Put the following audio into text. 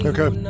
Okay